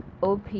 op